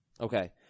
Okay